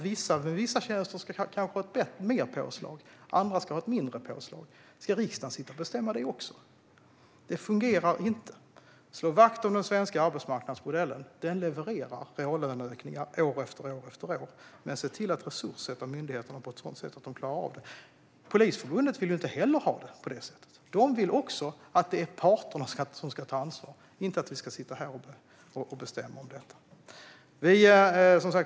Vissa personer, med vissa tjänster, ska kanske ha ett större påslag medan andra ska ha ett mindre påslag. Ska riksdagen sitta och bestämma det också? Det fungerar inte. Låt oss slå vakt om den svenska arbetsmarknadsmodellen - den levererar reallöneökningar år efter år. Vi måste dock se till att resurssätta myndigheterna på ett sådant sätt att de klarar av det. Polisförbundet vill inte heller ha det på detta sätt. De vill också att det ska vara parterna som ska ta ansvar, inte att vi ska sitta här och bestämma om detta.